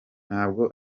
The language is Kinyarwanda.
ntabwo